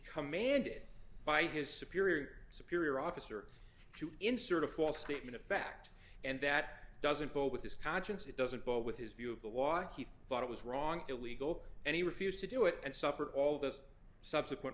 commanded by his superior superior officer to insert a false statement of fact and that doesn't go with his conscience it doesn't go with his view of the walk he thought it was wrong illegal and he refused to do it and suffer all this subsequent